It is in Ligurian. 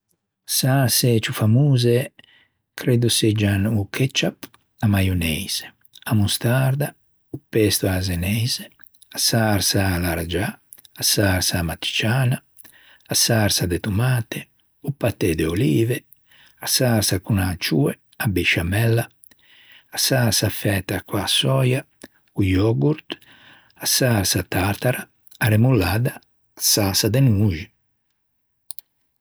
Säse ciù famose creddo seggian o ketchup, a maioneise, a mostarda, o pesto a-a zeneise, a sarsa à l'arraggiâ, a sarsa à l'matriciana, a sarsa de tomate, o paté de olive, a sarsa con ancioe, a besciamella, a sarsa fæta co-a sòia, co-o yogurt, a sarsa tartara, a remoladda, a sarsa de noxi.